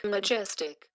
Majestic